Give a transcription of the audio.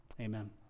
Amen